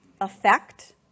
affect